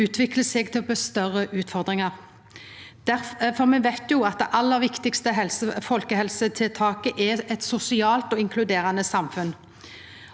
utviklar seg til å bli større utfordringar. Me veit at det aller viktigaste folkehelsetiltaket er eit sosialt og inkluderande samfunn.